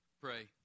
pray